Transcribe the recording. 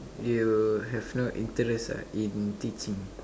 you have no interest ah in teaching